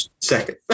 Second